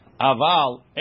Aval